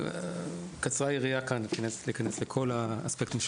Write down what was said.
קצרה כאן היריעה מכדי להיכנס לכל האספקטים של